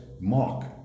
mark